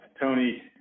Tony